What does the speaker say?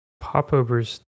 Popovers